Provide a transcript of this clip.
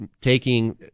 taking